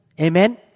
Amen